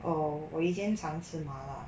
哦我已经想吃 mala